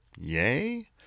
Yay